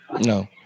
No